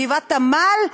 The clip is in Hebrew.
גבעת-עמל,